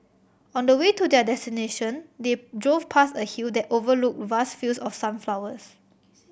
on the way to their destination they drove past a hill that overlooked vast fields of sunflowers